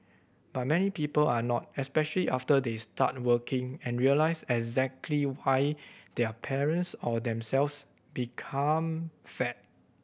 but many people are not especially after they start working and realize exactly why their parents or themselves become fat